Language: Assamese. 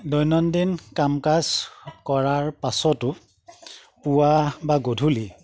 দৈনন্দিন কাম কাজ কৰাৰ পাছতো পুৱা বা গধূলি